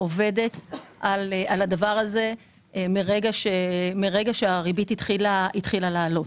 עובדת על הדבר הזה מרגע שהריבית התחילה לעלות.